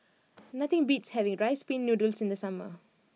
nothing beats having Rice Pin Noodles in the summer